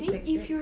he texted